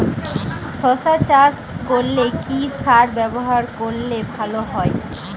শশা চাষ করলে কি সার ব্যবহার করলে ভালো হয়?